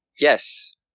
Yes